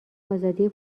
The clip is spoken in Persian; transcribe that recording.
آزادی